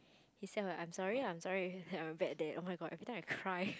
he said oh I'm sorry I'm sorry I was a bad dad oh-my-god every time I cry